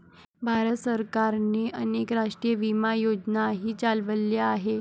भारत सरकारने अनेक राष्ट्रीय विमा योजनाही चालवल्या आहेत